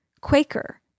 Quaker